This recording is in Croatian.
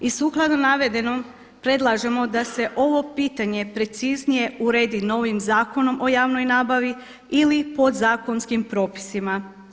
I sukladno navedenom predlažemo da se ovo pitanje preciznije uredi novim Zakonom o javnoj nabavi ili podzakonskim propisima.